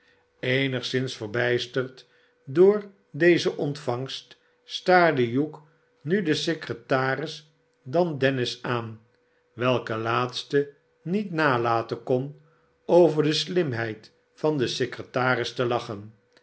eenigszins verbijsterd door deze ontvangst staarde hugh nu den secretaris dan dennis aan welke laatste niet nalaten kon over de slimheid van den secretaris te lachen